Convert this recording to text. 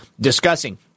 discussing